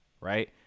right